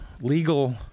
legal